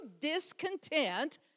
discontent